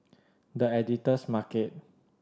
The Editor's Market